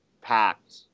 packed